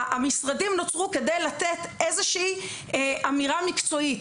המשרדים נוצרו כדי לתת אמירה מקצועית,